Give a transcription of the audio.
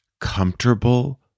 comfortable